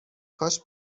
کاش